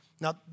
Now